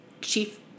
chief